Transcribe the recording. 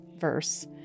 verse